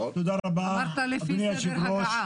תודה רבה אדוני היו"ר.